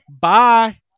Bye